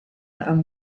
and